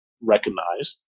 recognized